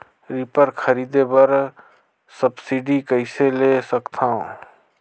Reaper खरीदे बर subsidy कइसे ले सकथव?